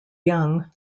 young